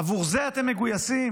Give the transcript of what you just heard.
עבור זה אתם מגויסים?